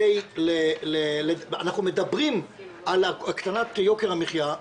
אנחנו מדברים על הקטנת יוקר המחיה,